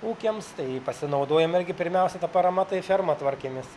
ūkiams tai pasinaudojom irgi pirmiausia ta parama tai fermą tvarkėmės